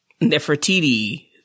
Nefertiti